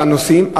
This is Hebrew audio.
לנוסעים,